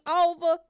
over